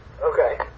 Okay